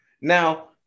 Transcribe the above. Now